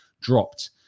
dropped